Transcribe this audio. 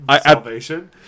salvation